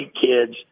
kids